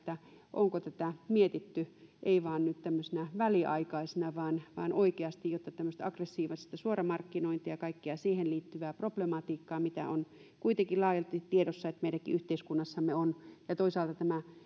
onko tätä mietitty ei vain nyt tämmöisenä väliaikaisena vaan vaan oikeasti kun on tämmöistä aggressiivista suoramarkkinointia ja kaikkea siihen liittyvää problematiikkaa ja kun on kuitenkin laajalti tiedossa että meidänkin yhteiskunnassamme sitä on ja toisaalta onko mietitty tätä